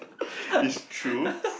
it's true